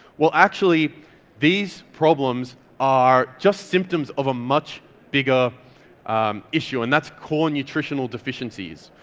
well actually these problems are just symptoms of a much bigger issue, and that's core nutritional deficiencies.